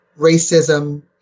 racism